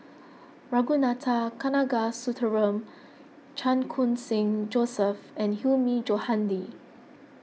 Ragunathar Kanagasuntheram Chan Khun Sing Joseph and Hilmi Johandi